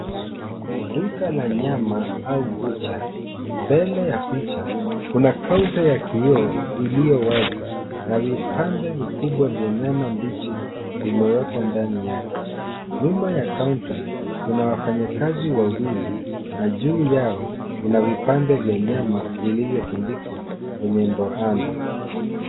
Duka la nyama au bucha, mbele ya picha kuna kaunta ya kioo iliyo wazi na vipande vikubwa vya nyama mbichi vimewekwa ndani yake. Nyuma ya kaunta kuna wafanyikazi wawili na juu yao kuna vipande viwili vya nyama vilivyotundikwa kwenye ndoano.